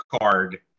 card